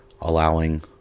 allowing